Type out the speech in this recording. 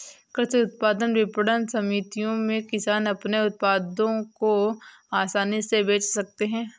कृषि उत्पाद विपणन समितियों में किसान अपने उत्पादों को आसानी से बेच सकते हैं